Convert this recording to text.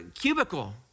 cubicle